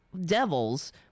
devils